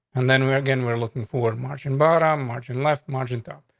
and then we're again. we're looking forward. marching bottom, marching left margin top.